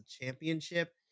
championship